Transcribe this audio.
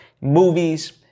movies